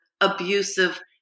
abusive